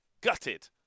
gutted